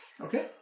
Okay